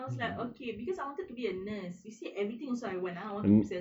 I was like okay because I wanted to be a nurse you see everything so I want ah